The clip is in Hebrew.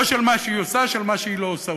לא של מה שהיא עושה, של מה שהיא לא עושה.